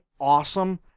awesome